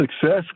success